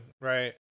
right